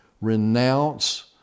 renounce